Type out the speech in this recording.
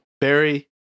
Barry